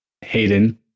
Hayden